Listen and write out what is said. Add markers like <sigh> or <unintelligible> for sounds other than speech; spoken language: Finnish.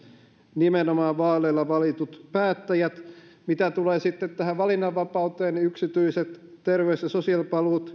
nimenomaan vaaleilla valitut päättäjät mitä tulee sitten tähän valinnanvapauteen niin yksityiset toimijat terveys ja sosiaalipalvelussa <unintelligible>